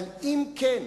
אבל אם כן,